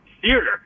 theater